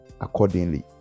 accordingly